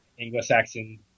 Anglo-Saxon